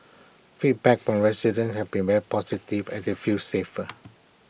feedback from residents have been very positive as they feel safer